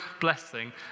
blessing